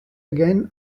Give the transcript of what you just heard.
again